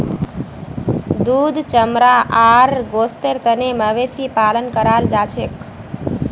दूध चमड़ा आर गोस्तेर तने मवेशी पालन कराल जाछेक